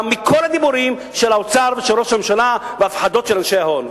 מכל הדיבורים של האוצר ושל ראש הממשלה ומכל ההפחדות של אנשי ההון.